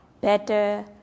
better